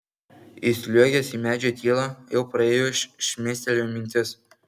įsliuogęs į medžio tylą jau praėjus šmėstelėjo mintis